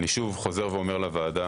שוב אני חוזר ואומר לוועדה